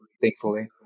thankfully